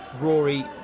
Rory